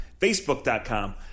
Facebook.com